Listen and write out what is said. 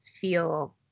feel